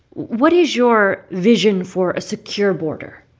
what is your vision for a secure border?